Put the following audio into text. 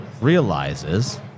realizes